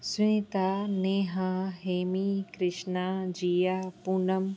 Sunita Neha Hemi Krishna Jiya Poonam